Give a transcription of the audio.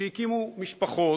שהקימו משפחות,